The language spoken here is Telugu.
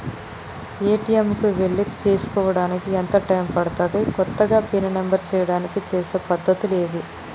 ఏ.టి.ఎమ్ కు వెళ్లి చేసుకోవడానికి ఎంత టైం పడుతది? కొత్తగా పిన్ నంబర్ చేయడానికి చేసే పద్ధతులు ఏవి?